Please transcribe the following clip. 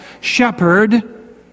Shepherd